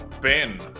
Ben